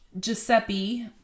Giuseppe